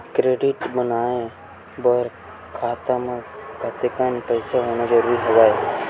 Credit बनवाय बर खाता म कतेकन पईसा होना जरूरी हवय?